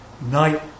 night